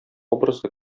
образы